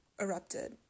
erupted